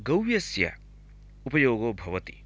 गव्यस्य उपयोगो भवति